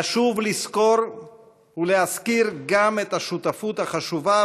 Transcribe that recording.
חשוב לזכור ולהזכיר גם את השותפות החשובה